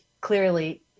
clearly